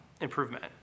improvement